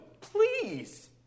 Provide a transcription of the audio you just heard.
Please